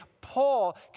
Paul